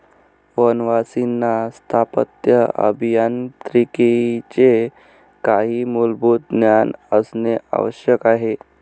वनवासींना स्थापत्य अभियांत्रिकीचे काही मूलभूत ज्ञान असणे आवश्यक आहे